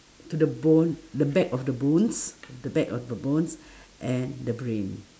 to the bone the back of the bones the back of the bones and the brain